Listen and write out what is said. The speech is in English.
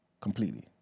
completely